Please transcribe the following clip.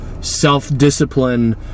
self-discipline